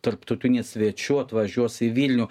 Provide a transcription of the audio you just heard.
tarptautinių svečių atvažiuos į vilnių